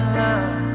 love